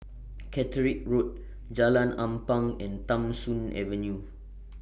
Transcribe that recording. Caterick Road Jalan Ampang and Tham Soong Avenue